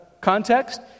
context